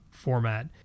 format